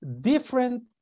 different